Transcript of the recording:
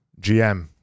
gm